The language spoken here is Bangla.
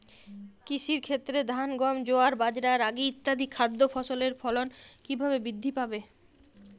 কৃষির ক্ষেত্রে ধান গম জোয়ার বাজরা রাগি ইত্যাদি খাদ্য ফসলের ফলন কীভাবে বৃদ্ধি পাবে?